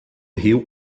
riu